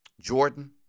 Jordan